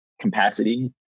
capacity